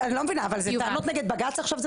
אני לא מבינה זה טענות נגד בג"ץ עכשיו?